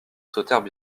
sautèrent